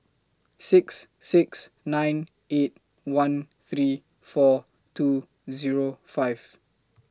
six six nine eight one three four two Zero five